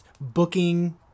booking